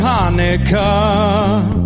Hanukkah